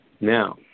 Now